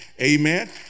Amen